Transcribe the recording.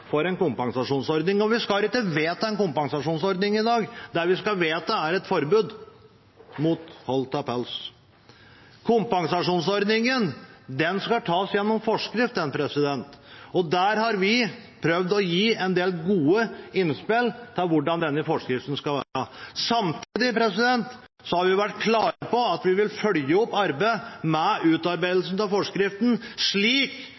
for en kompensasjonsordning, og vi skal ikke vedta en kompensasjonsordning i dag. Det vi skal vedta, er et forbud mot å holde pelsdyr. Kompensasjonsordningen skal tas gjennom forskrift, og der har vi prøvd å gi en del gode innspill til hvordan den forskriften skal være. Samtidig har vi vært klare på at vi vil følge opp arbeidet med utarbeidelsen av forskriften, slik